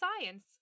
science